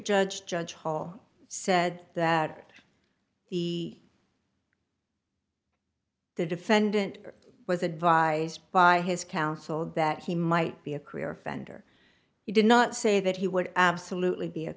judge judge hall said that the the defendant was advised by his counsel that he might be a career offender he did not say that he would absolutely be a